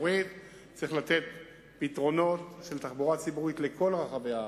צריך לתת פתרונות של תחבורה ציבורית בכל רחבי הארץ,